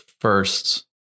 first